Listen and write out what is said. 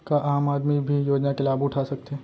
का आम आदमी भी योजना के लाभ उठा सकथे?